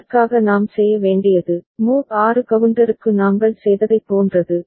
அதற்காக நாம் செய்ய வேண்டியது மோட் 6 கவுண்டருக்கு நாங்கள் செய்ததைப் போன்றது